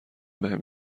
بهم